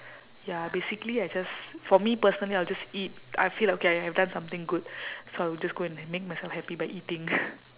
ya basically I just for me personally I will just eat I feel like okay I have done something good so I will just go and make myself happy by eating